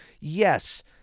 Yes